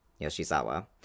Yoshizawa